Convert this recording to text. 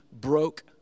broke